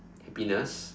happiness